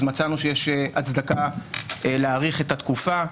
אז מצאנו שיש הצדקה להאריך את התקופה.